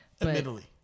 Admittedly